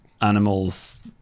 animals